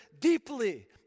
deeply